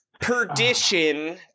Perdition